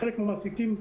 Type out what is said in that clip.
חלק מהמעסיקים,